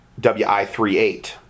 WI38